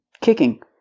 Kicking